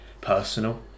personal